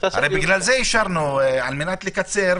הרי בגלל זה אישרנו, כדי לקצר.